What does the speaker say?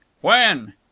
When